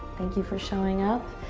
thank you for showing up.